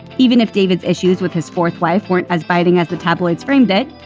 even if david's issues with his fourth wife weren't as biting as the tabloids framed it,